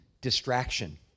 distraction